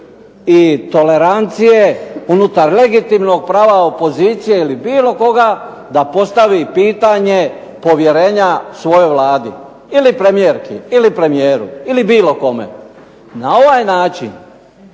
i tolerancije unutar legitimnog prava opozicije ili bilo koga da postavi pitanje povjerenja svojoj Vladi, ili premijerki, ili premijeru, ili bilo kome. Na ovaj način